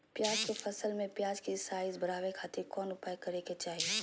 प्याज के फसल में प्याज के साइज बढ़ावे खातिर कौन उपाय करे के चाही?